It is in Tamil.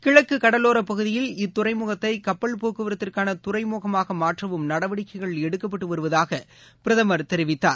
கிழக்கு கடலோர பகுதியில் இத்துறைமுகத்தை கப்பல் போக்குவரத்திற்கான துறைமுகமாக மாற்றவும் நடவடிக்கைகள் எடுக்கப்பட்டு வருவதாக பிரதமர் தெரிவித்தார்